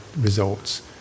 results